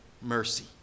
mercy